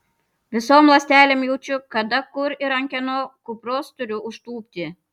visom ląstelėm jaučiu kada kur ir ant kieno kupros turiu užtūpti